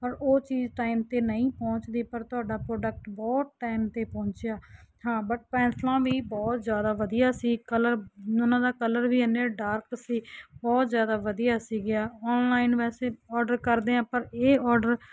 ਪਰ ਉਹ ਚੀਜ਼ ਟਾਈਮ 'ਤੇ ਨਹੀਂ ਪਹੁੰਚਦੀ ਪਰ ਤੁਹਾਡਾ ਪ੍ਰੋਡਕਟ ਬਹੁਤ ਟਾਈਮ 'ਤੇ ਪਹੁੰਚਿਆ ਹਾਂ ਬਟ ਪੈਨਸਲਾਂ ਵੀ ਬਹੁਤ ਜ਼ਿਆਦਾ ਵਧੀਆ ਸੀ ਕਲਰ ਉਹਨਾਂ ਦਾ ਕਲਰ ਵੀ ਇੰਨੇ ਡਾਰਕ ਸੀ ਬਹੁਤ ਜ਼ਿਆਦਾ ਵਧੀਆ ਸੀਗਾ ਔਨਲਾਈਨ ਵੈਸੇ ਆਰਡਰ ਕਰਦੇ ਹਾਂ ਪਰ ਇਹ ਆਰਡਰ